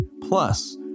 Plus